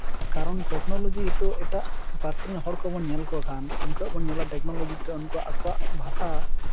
ᱠᱟᱨᱚᱱ ᱴᱮᱠᱱᱳᱞᱚᱡᱤ ᱱᱤᱛᱚᱜ ᱮᱴᱟᱜ ᱯᱟᱹᱨᱥᱤ ᱨᱮᱱ ᱦᱚᱲ ᱠᱚᱵᱚᱱ ᱧᱮᱞ ᱠᱚᱠᱷᱟᱱ ᱩᱱᱠᱩᱣᱟᱜ ᱵᱚᱱ ᱧᱮᱞᱟ ᱴᱮᱠᱱᱳᱞᱚᱡᱤ ᱛᱮ ᱟᱠᱚᱣᱟᱜ ᱵᱷᱟᱥᱟ